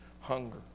hunger